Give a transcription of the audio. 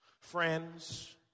Friends